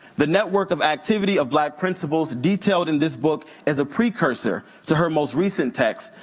the network of activity of black principles detailed in this book is a precursor to her most recent text,